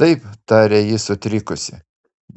taip tarė ji sutrikusi